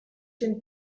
den